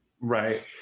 Right